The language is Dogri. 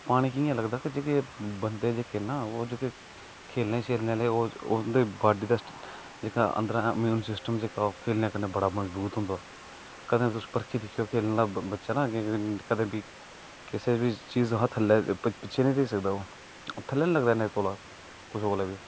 पानी कियां लगदा के बंदे जेहके ना ओह् जेहके खेलने शेलने आहले ओह उंदी बाॅडी दा जेहका अंदरा इम्यून सिस्टम जेहका है ओह् खेलने कन्नै बड़ा मजबूत होंदा कंदे तुस पर्खी दिक्खेओ खेलने आहला बच्चा ना कंदे बी किसे बी चीज थल्ले जां पिच्छै नेई रेही सकदा ओह् ओह् थल्ले नेई लगदा इना तोला कुसो कोला बी